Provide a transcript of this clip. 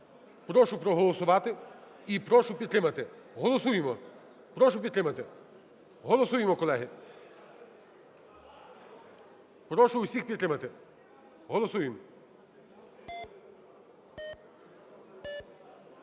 Прошу проголосувати і прошу підтримати. Голосуємо. Прошу підтримати. Голосуємо, колеги. Прошу всіх підтримати. Голосуємо.